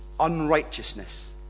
unrighteousness